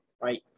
right